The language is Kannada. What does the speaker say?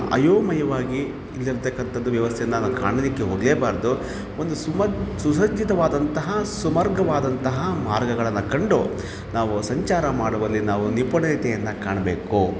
ಅಯೋಮಯವಾಗಿ ಇಲ್ದಂತಕಂಥದ್ದು ವ್ಯವಸ್ಥೆನ ನಾವು ಕಾಣಲಿಕ್ಕೆ ಹೋಗಲೇಬಾರ್ದು ಒಂದು ಸುವ ಸುಸಜ್ಜಿತವಾದಂತಹ ಸುಮಾರ್ಗವಾದಂತಹ ಮಾರ್ಗಗಳನ್ನು ಕಂಡು ನಾವು ಸಂಚಾರ ಮಾಡುವಲ್ಲಿ ನಾವು ನಿಪುಣತೆಯನ್ನು ಕಾಣಬೇಕು